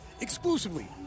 exclusively